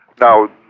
Now